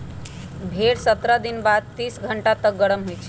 भेड़ सत्रह दिन बाद तीस घंटा तक गरम होइ छइ